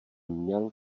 měl